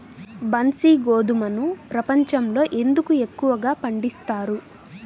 బన్సీ గోధుమను ప్రపంచంలో ఎందుకు ఎక్కువగా పండిస్తారు?